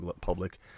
public